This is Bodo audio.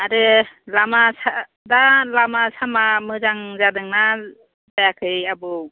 आरो लामा सा दा लामा सामा मोजां जादों ना जायाखै आबौ